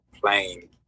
playing